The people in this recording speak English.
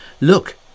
look